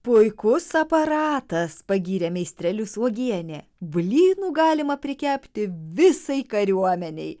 puikus aparatas pagyrė meistrelius uogienė blynų galima prikepti visai kariuomenei